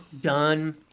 done